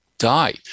die